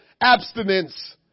abstinence